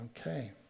Okay